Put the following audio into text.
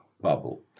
bubble